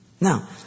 Now